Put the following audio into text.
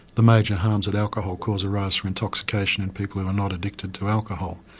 the major harms that alcohol cause arise from intoxication in people who are not addicted to alcohol.